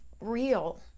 real